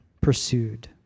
pursued